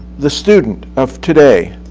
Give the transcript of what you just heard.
the student of today